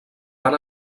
van